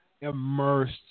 immersed